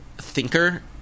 thinker